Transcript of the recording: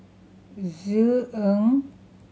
Ng